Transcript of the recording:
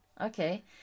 okay